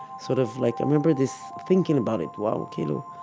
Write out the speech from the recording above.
sort of like, i remember this thinking about it, wow keilu,